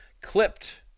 clipped